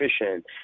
efficient